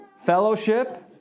fellowship